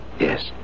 Yes